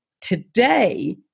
today